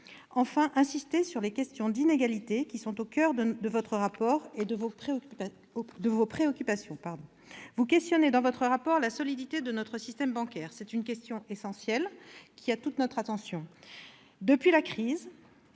enfin, les questions d'inégalité, qui sont au coeur de votre rapport et de vos préoccupations. Vous vous interrogez, dans ce rapport, sur la solidité de notre système bancaire. C'est une question essentielle, qui a toute notre attention. Depuis la crise,